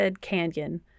Canyon